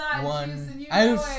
one